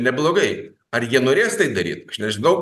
neblogai ar jie norės tai daryt aš nežinau